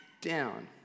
down